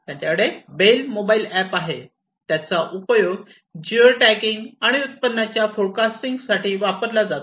त्यांच्याकडे बेल mobile app आहे त्याचा उपयोग जिओ टॅगिंग आणि उत्पन्नाच्या फोरकास्टिंगसाठी वापरला जातो